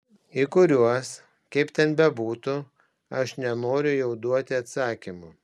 į kuriuos kaip ten bebūtų aš nenoriu jau duoti atsakymų